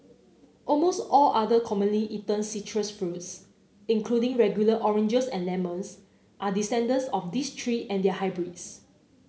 almost all other commonly eaten citrus fruits including regular oranges and lemons are descendants of these three and their hybrids